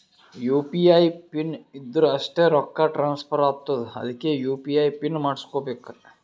you P I pin ಇದ್ದುರ್ ಅಷ್ಟೇ ರೊಕ್ಕಾ ಟ್ರಾನ್ಸ್ಫರ್ ಆತ್ತುದ್ ಅದ್ಕೇ ಯು.ಪಿ.ಐ ಪಿನ್ ಮಾಡುಸ್ಕೊಬೇಕ್